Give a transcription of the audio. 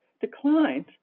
declined